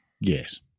yes